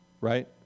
Right